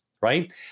right